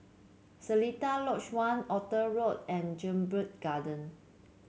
Seletar Lodge One Arthur Road and Jedburgh Garden